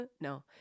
No